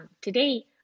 today